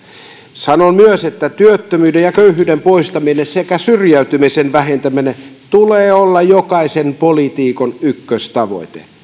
sanon myös että työttömyyden ja köyhyyden poistamisen sekä syrjäytymisen vähentämisen tulee olla jokaisen poliitikon ykköstavoite